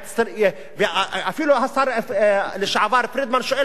אפילו השר לשעבר פרידמן שואל היום: מה,